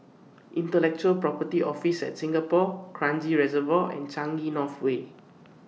Intellectual Property Office At Singapore Kranji Reservoir and Changi North Way